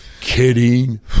kidding